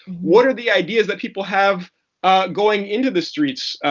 what are the ideas that people have going into the streets?